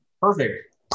Perfect